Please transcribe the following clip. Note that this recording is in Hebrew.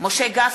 משה גפני,